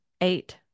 eight